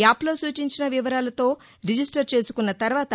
యాప్లో సూచించిన వివరాలతో రిజిస్టర్ చేసుకున్నతర్వాత